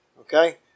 Okay